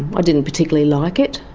i didn't particularly like it,